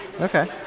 Okay